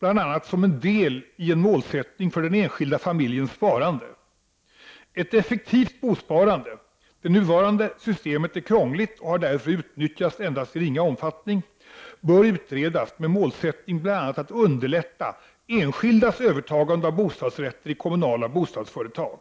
bl.a. som en del i arbetet med målsättningen för den enskilda familjens sparande. Ett effektivt bosparande — det nuvarande systemet är krångligt och har därför utnyttjats endast i ringa omfattning — bör utredas, med målsättningen att bl.a. underlätta enskildas övertagande av bostadsrätter i kommunala bostadsföretag.